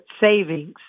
savings